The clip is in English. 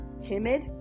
timid